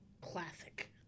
classic